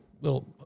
little